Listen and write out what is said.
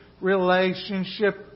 relationship